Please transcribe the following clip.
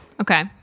Okay